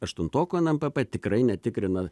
aštuntokų nmpp tikrai netikrina